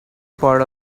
part